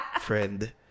friend